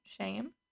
shame